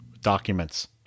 documents